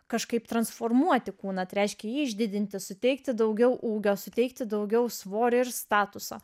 kažkaip transformuoti kūną tai reiškia jį išdidinti suteikti daugiau ūgio suteikti daugiau svorio ir statuso